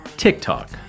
TikTok